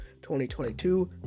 2022